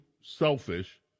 selfish